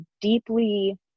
deeply